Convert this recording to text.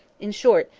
in short,